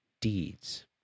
deeds